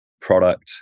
product